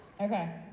Okay